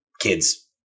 kids